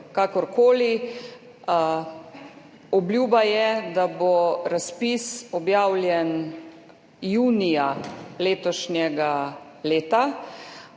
Kakorkoli, obljuba je, da bo razpis objavljen junija letošnjega leta.